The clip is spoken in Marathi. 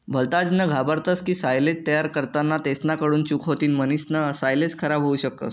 भलताजन घाबरतस की सायलेज तयार करताना तेसना कडून चूक होतीन म्हणीसन सायलेज खराब होवू शकस